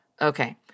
Okay